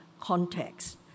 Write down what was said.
context